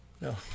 No